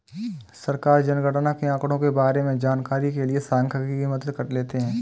सरकार जनगणना के आंकड़ों के बारें में जानकारी के लिए सांख्यिकी की मदद लेते है